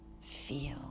Feel